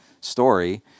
story